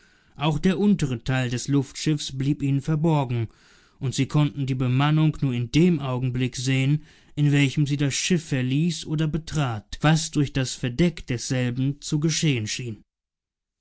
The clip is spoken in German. auch der untere teil des luftschiffes blieb ihnen verborgen und sie konnten die bemannung nur in dem augenblick sehen in welchem sie das schiff verließ oder betrat was durch das verdeck desselben zu geschehen schien